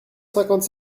cinquante